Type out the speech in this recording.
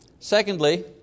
Secondly